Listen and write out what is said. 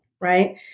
right